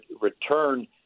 Return